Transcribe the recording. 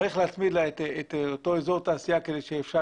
צריך להצמיד לה את אותו אזור תעשייה כדי שאפשר